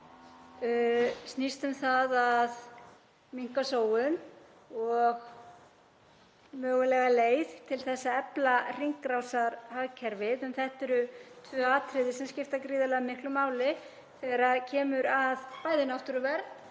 snýst um að minnka sóun og mögulega leið til að efla hringrásarhagkerfið. Þetta eru tvö atriði sem skipta gríðarlega miklu máli þegar kemur að náttúruvernd,